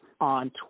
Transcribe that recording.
on